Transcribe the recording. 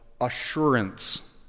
assurance